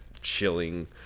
chilling